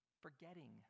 Forgetting